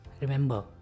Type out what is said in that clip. Remember